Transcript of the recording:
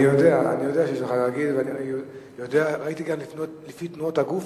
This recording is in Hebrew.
אני יודע שיש לך מה להגיד, וגם לפי תנועות הגוף.